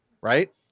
right